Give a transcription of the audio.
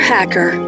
Hacker